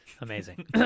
Amazing